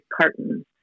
cartons